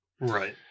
Right